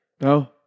No